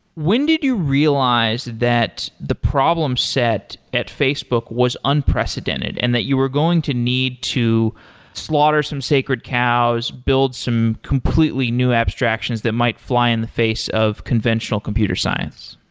when did you realize that the problem set at facebook was unprecedented and that you were going to need to slaughter some sacred cows, build some completely new abstractions that might fly in the face of conventional computer science?